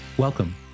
Welcome